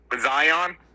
Zion